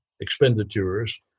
expenditures